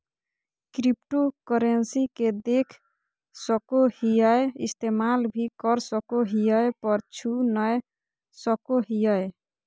cryptocurrency के देख सको हीयै इस्तेमाल भी कर सको हीयै पर छू नय सको हीयै